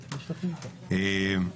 בבקשה.